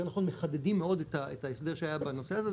נכון מחדדים מאוד את ההסבר שהיה בנושא הזה,